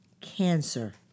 cancer